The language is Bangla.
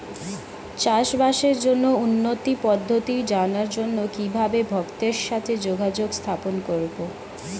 চাষবাসের জন্য উন্নতি পদ্ধতি জানার জন্য কিভাবে ভক্তের সাথে যোগাযোগ স্থাপন করব?